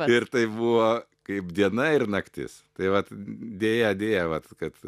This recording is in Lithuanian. ir tai buvo kaip diena ir naktis tai vat deja deja vat kad